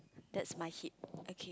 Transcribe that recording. that's my hip O K